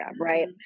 right